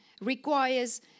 requires